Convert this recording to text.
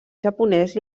japonès